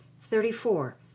thirty-four